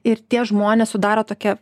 ir tie žmonės sudaro tokią